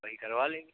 वहीं करवा लेंगे